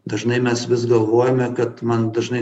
dažnai mes vis galvojame kad man dažnai